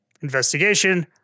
investigation